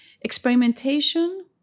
Experimentation